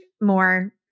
more